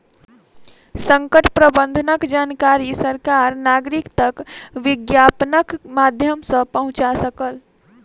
संकट प्रबंधनक जानकारी सरकार नागरिक तक विज्ञापनक माध्यम सॅ पहुंचा सकल